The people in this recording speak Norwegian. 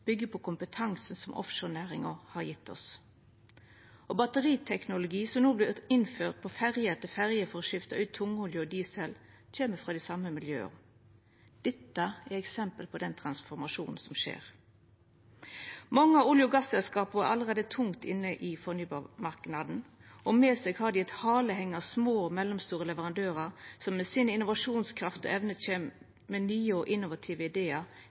på kompetansen som offshorenæringa har gjeve oss. Batteriteknologi som no vert innført på ferje etter ferje for å skifta ut tungolje og diesel, kjem frå dei same miljøa. Dette er eksempel på den transformasjonen som skjer. Mange av olje- og gasselskapa er allereie tungt inne i fornybarmarknaden, og med seg har dei eit haleheng av små og mellomstore leverandørar som med si innovasjonskraft og -evne kjem med nye og innovative idear